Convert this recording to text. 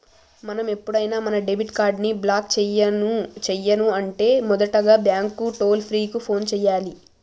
మనం ఎప్పుడైనా మన డెబిట్ కార్డ్ ని బ్లాక్ చేయను అంటే మొదటగా బ్యాంకు టోల్ ఫ్రీ కు ఫోన్ చేయాలి